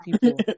people